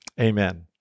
Amen